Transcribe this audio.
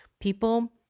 people